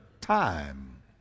time